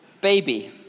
baby